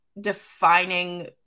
defining